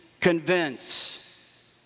Convince